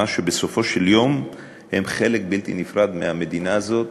שבסופו של יום הם חלק בלתי נפרד מהמדינה הזאת,